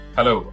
Hello